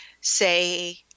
say